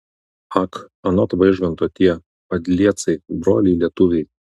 ak anot vaižganto tie padliecai broliai lietuviai